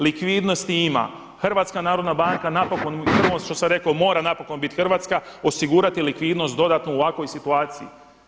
Likvidnosti ima, HNB napokon ono što sam rekao, mora napokon biti hrvatska, osigurati likvidnost dodatnu u ovakvoj situaciji.